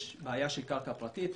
יש בעיה של קרקע פרטית,